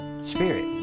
spirit